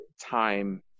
time